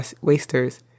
wasters